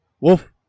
Wolf